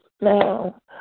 now